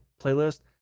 playlist